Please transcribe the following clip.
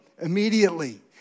immediately